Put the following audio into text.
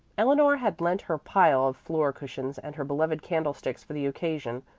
eleanor had lent her pile of floor cushions and her beloved candlesticks for the occasion,